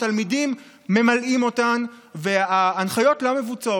התלמידים ממלאים אותן וההנחיות לא מבוצעות.